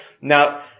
Now